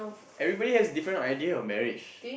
everybody has a different idea of marriage